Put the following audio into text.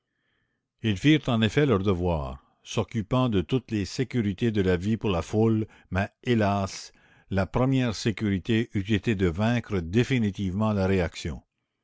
ils firent en effet leur devoir s'occupant de toutes les sécurités de la vie pour la foule mais hélas la première sécurité eût été de vaincre définitivement la réaction